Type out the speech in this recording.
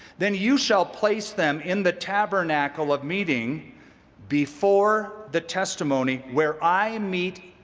then you shall place them in the tabernacle of meeting before the testimony, where i meet